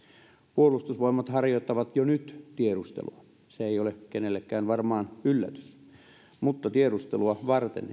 puolustusvoimat harjoittaa jo nyt tiedustelua se ei ole kenellekään varmaan yllätys mutta tiedustelua varten